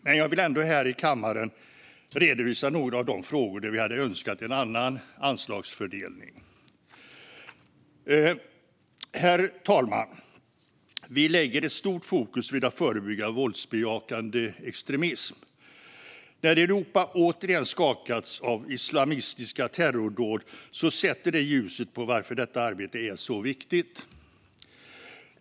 Men jag vill ändå här i kammaren redovisa några av de frågor där vi hade önskat en annan anslagsfördelning. Herr talman! Vi lägger ett stort fokus vid att förebygga våldsbejakande extremism. När Europa återigen skakats av islamistiska terrordåd sätter det ljuset på varför detta arbete är så viktigt.